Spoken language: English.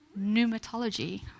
pneumatology